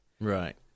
Right